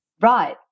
Right